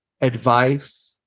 advice